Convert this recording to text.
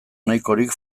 nahikorik